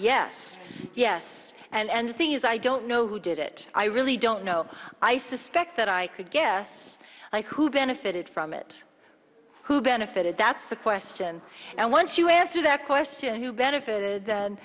hope yes yes and the thing is i don't know who did it i really don't know i suspect that i could guess like who benefited from it who benefited that's the question and once you answer that question who benefited